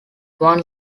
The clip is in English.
one